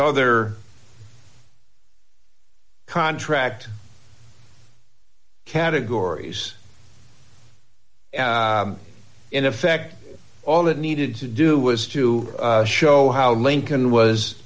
other contract categories in effect all it needed to do was to show how lincoln was